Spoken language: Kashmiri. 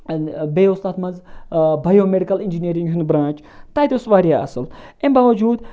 بیٚیہِ اوس تَتھ مَنٛز بَیو میٚڈِکَل اِنجینیرِنٛگ ہُنٛد برانٛچ تَتہِ اوس واریاہ اَصل امہِ باوٚوجوٗد